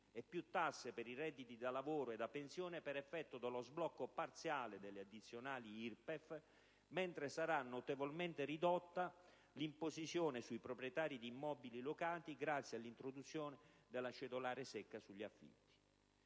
e più tasse per i redditi da lavoro e da pensione per effetto dello sblocco parziale delle addizionali IRPEF, mentre sarà notevolmente ridotta l'imposizione sui proprietari di immobili locati grazie all'introduzione della cedolare secca sugli affitti.